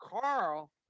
Carl